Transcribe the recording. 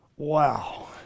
Wow